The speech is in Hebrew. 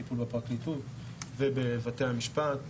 הטיפול בפרקליטות ובבתי המשפט.